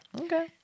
Okay